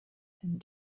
and